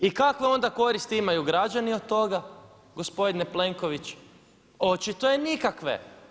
I kakve onda koristi imaju građani od toga, gospodine Plenković, očito je nikakve.